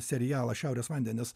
serialą šiaurės vandenys